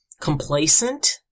complacent